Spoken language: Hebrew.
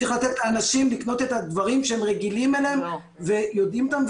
צריך לתת לאנשים לקנות את הדברים שהם רגילים אליהם ויודעים אותם,